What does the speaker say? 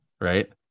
right